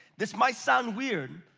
this might sound weird,